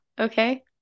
okay